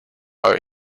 are